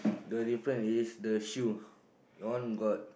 the difference is the shoe one got